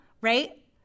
right